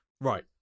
right